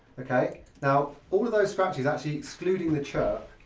okay, now all of those scratches actually excluding the chirp,